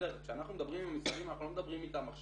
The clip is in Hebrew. כשאנחנו מדברים עם המשרדים אנחנו לא מדברים איתם,